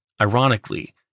Ironically